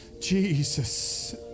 Jesus